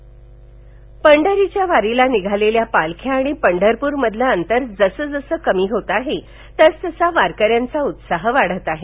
वारी बाइट इंद्रो पंढरीच्या वारीला निघालेल्या पालख्या आणि पंढरपूर मधलं अंतर जसजसं कमी होतं आहे तसतसा वारकऱ्यांचा उत्साह वाढतो आहे